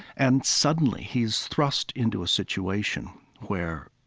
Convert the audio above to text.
and suddenly he's thrust into a situation where,